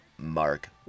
Mark